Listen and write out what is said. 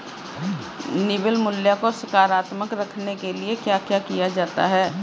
निवल मूल्य को सकारात्मक रखने के लिए क्या क्या किया जाता है?